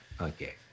okay